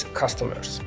customers